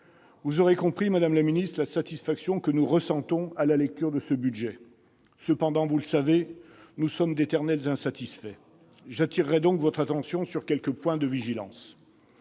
Vous aurez compris, madame la ministre, la satisfaction que nous ressentons à la lecture de ce budget. Mais, vous le savez, nous sommes d'éternels insatisfaits ... J'attirerai donc votre attention sur quelques points de vigilance.